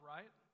Right